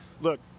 Look